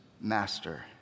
master